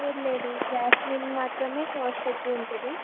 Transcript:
లేదులేదు jasmine మాత్రమే cost ఎక్కువ ఉంటుంది